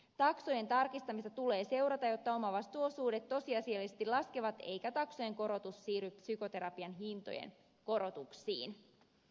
taksojen tarkistamista tulee seurata jotta omavastuuosuudet tosiasiallisesti laskevat eikä taksojen korotus siirry psykoterapian hintojen korotuksiin